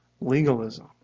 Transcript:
legalism